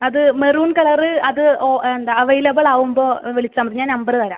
അത് maroon colour അത് ഓ എന്താ അവൈലബിൾ ആവുമ്പോൾ വിളിച്ചാൽ മതി ഞാൻ നമ്പറ് തരാം